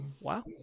wow